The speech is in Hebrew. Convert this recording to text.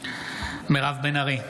בהצבעה מירב בן ארי,